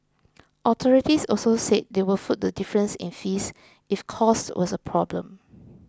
authorities also said they would foot the difference in fees if cost was a problem